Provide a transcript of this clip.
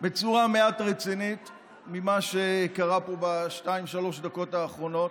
בצורה מעט רצינית ממה שקרה פה בשתיים-שלוש דקות האחרונות,